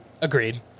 Agreed